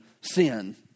sin